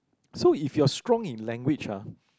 so if you're strong in language ah